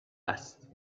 است